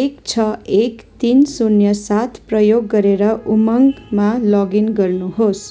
एक छ एक तिन शुन्य सात प्रयोग गरेर उमङ्गमा लगइन गर्नुहोस्